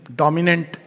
dominant